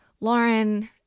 Lauren